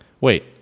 wait